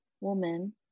woman